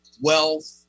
wealth